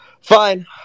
Fine